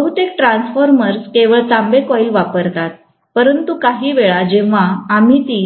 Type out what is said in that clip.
बहुतेक ट्रान्सफॉर्मर्स केवळ तांबे कॉइल वापरतात परंतु काही वेळा जेव्हा आम्ही ती